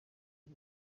y’u